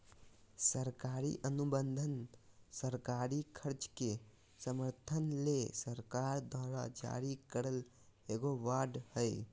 सरकारी अनुबंध सरकारी खर्च के समर्थन ले सरकार द्वारा जारी करल एगो बांड हय